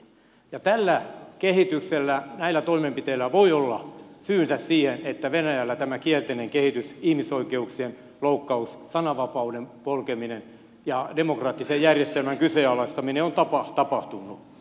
ja tällä kehityksellä näillä toimenpiteillä voi olla syynsä siihen että venäjällä tämä kielteinen kehitys ihmisoikeuk sien loukkaus sananvapauden polkeminen ja demokraattisen järjestelmän kyseenalaistaminen on tapahtunut